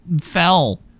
fell